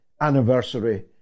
anniversary